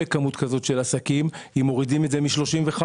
כמות כזאת של עסקים אם מורידים את זה מ-35,